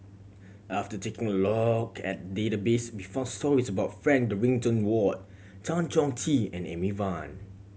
after taking a look at the database we found stories about Frank Dorrington Ward Tan Chong Tee and Amy Van